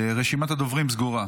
רשימת הדוברים סגורה.